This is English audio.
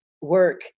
work